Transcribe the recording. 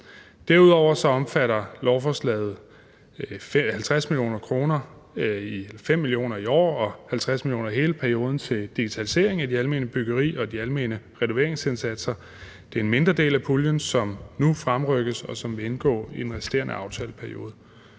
Derudover omfatter lovforslaget 50 mio. kr. – 5 mio. kr. i år og 50 mio. kr. i perioden – til digitalisering af det almene byggeri og de almene renoveringsindsatser. Det er en mindre del af puljen, som nu fremrykkes, og som vil indgå i den resterende aftaleperiode.